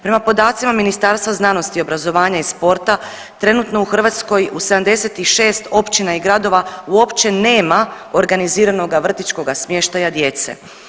Prema podacima Ministarstva znanosti i obrazovanja i sporta trenutno u Hrvatskoj u 76 općina i gradova uopće nema organiziranoga vrtićkoga smještaja djece.